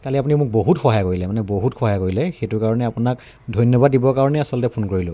কালি আপুনি মোক বহুত সহায় কৰিলে মানে বহুত সহায় কৰিলে সেইটো কাৰণে আপোনাক ধন্যবাদ দিবৰ কাৰণে আচলতে ফোন কৰিলোঁ